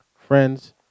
Friends